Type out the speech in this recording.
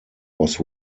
was